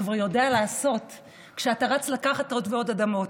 כבר יודע לעשות / שאתה רץ לקחת עוד ועוד אדמות?